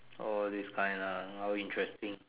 orh this kind ah interesting